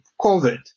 COVID